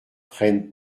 prennent